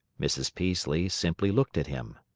mrs. peaslee simply looked at him.